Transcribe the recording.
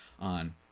on